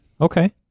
Okay